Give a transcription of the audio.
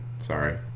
sorry